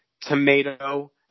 tomato